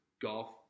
golf